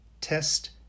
test